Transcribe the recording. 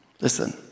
Listen